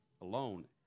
alone